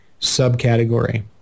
subcategory